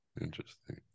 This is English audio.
Interesting